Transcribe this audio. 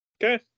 Okay